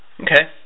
okay